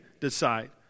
decide